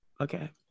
Okay